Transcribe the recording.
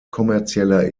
kommerzieller